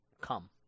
come